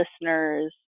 listeners